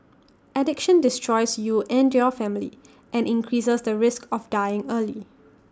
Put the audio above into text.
addiction destroys you and your family and increases the risk of dying early